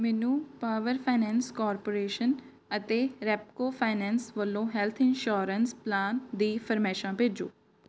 ਮੈਨੂੰ power finance corporation ਅਤੇ Repco finance ਵੱਲੋਂ ਹੈੱਲਥ ਇੰਸ਼ੋਰੈਂਸ ਪਲਾਨ ਦੀ ਫਰਮਾਇਸ਼ਾਂ ਭੇਜੋ